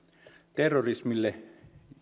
terrorismille